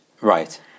Right